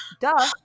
Duh